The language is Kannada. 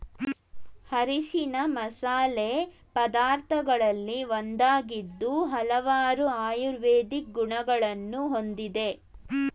ಅರಿಶಿಣ ಮಸಾಲೆ ಪದಾರ್ಥಗಳಲ್ಲಿ ಒಂದಾಗಿದ್ದು ಹಲವಾರು ಆಯುರ್ವೇದಿಕ್ ಗುಣಗಳನ್ನು ಹೊಂದಿದೆ